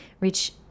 reach